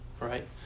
right